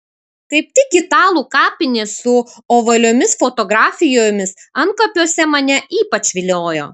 kaip tik italų kapinės su ovaliomis fotografijomis antkapiuose mane ypač viliojo